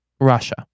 Russia